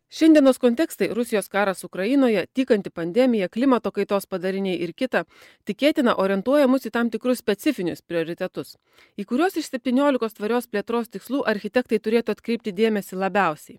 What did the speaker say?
šiandienos kontekstai rusijos karas ukrainoje tykanti pandemija klimato kaitos padariniai ir kita tikėtina orientuoja mus į tam tikrus specifinius prioritetus į kuriuos iš septyniolikos tvarios plėtros tikslų architektai turėtų atkreipti dėmesį labiausiai